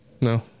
No